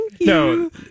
No